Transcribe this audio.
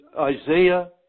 Isaiah